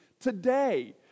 today